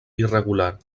irregular